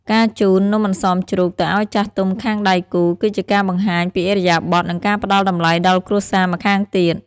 ការជូន "នំអន្សមជ្រូក" ទៅឱ្យចាស់ទុំខាងដៃគូ គឺជាការបង្ហាញពីឥរិយាបថ និងការផ្ដល់តម្លៃដល់គ្រួសារម្ខាងទៀត។